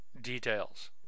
details